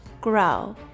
grow